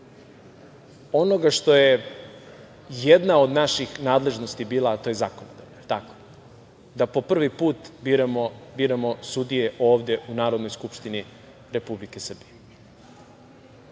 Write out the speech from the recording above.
onoga što je jedna od naših nadležnosti bila, a to je zakonodavna, jel tako, da po privi put biramo sudije ovde u Narodnoj skupštini Republike Srbije.